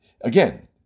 again